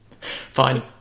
fine